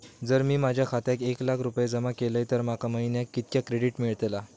जर मी माझ्या खात्यात एक लाख रुपये जमा केलय तर माका महिन्याक कितक्या क्रेडिट मेलतला?